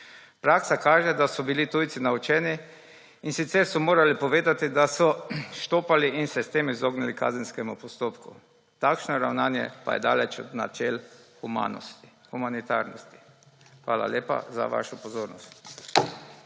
Praksa kaže, da so bili tujci naučeni, in sicer so morali povedati, da so štopali, in so se s tem izognili kazenskemu postopku. Takšno ravnanje pa je daleč od načel humanitarnosti. Hvala lepa za vašo pozornost.